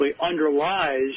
underlies